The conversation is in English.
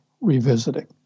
revisiting